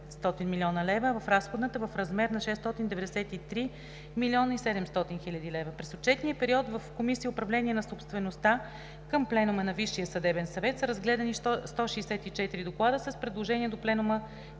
в размер на 693,7 млн. лв. През отчетния период в Комисия „Управление на собствеността“ към Пленума на Висшия съдебен съвет са разгледани 164 доклада с предложения до Пленума